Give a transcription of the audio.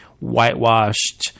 whitewashed